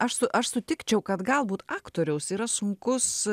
aš su aš sutikčiau kad galbūt aktoriaus yra sunkus